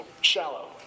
shallow